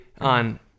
on